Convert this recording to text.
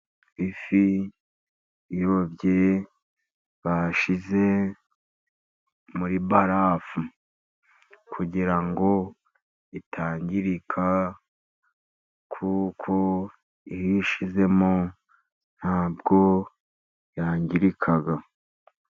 Ifi irobye bashize muri barafu. Kugira ngo itangirika, kuko iyo uyishyizemo ntabwo yangirika.